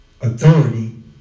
authority